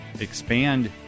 expand